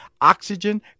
Oxygen